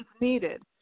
needed